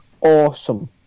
awesome